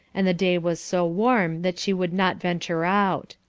and the day was so warm that she would not venture out.